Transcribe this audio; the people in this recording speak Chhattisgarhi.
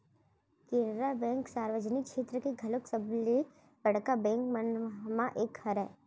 केनरा बेंक सार्वजनिक छेत्र के घलोक सबले बड़का बेंक मन म एक हरय